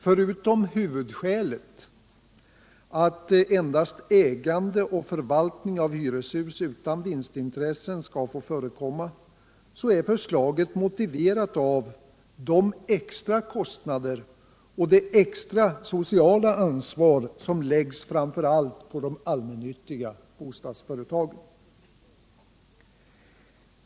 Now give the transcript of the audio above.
Förutom huvudskälet att endast ägande och förvaltning av hyreshus utan vinstintressen skall få förekomma, är förslaget motiverat av de extra kostnader och det extra sociala ansvar som läggs framför allt på de allmännyttiga bostadsföretagen.